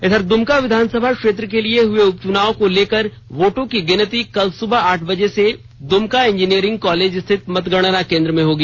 वहीं द्मका विधानसभा क्षेत्र के लिए हये उपचुनाव को लेकर वोटों की गिनती कल सुबह आठ बजे से द्मका इंजिनियरिंग कॉलेज स्थित मतगणना केंद्र में होगी